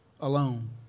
alone